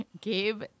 Gabe